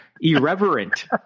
irreverent